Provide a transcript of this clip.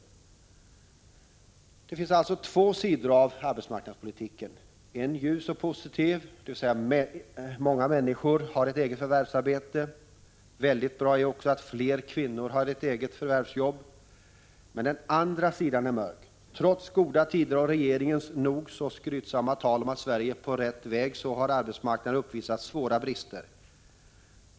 Arbetsmarknadspolitiken har alltså två sidor. Den ena sidan är ljus och positiv — dvs. många människor har ett förvärvsarbete. Vidare är det också mycket bra att fler kvinnor har ett förvärvsarbete. Den andra sidan är däremot mörk. Trots goda tider och trots regeringens nog så skrytsamma tal om att Sverige är på rätt väg har arbetsmarknaden uppvisat svåra brister.